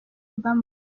obama